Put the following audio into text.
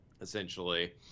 Essentially